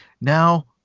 now